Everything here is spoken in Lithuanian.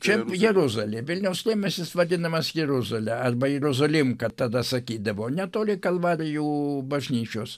čia jeruzalė vilniaus priemiestis vadinamas jeruzale arba jeruzolimka tada sakydavo netoli kalvarijų bažnyčios